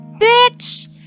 bitch